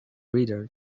reader